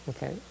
Okay